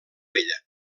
vella